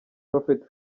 prophet